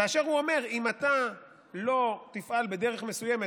כאשר הוא אומר: אם אתה לא תפעל בדרך מסוימת